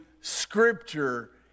Scripture